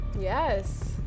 yes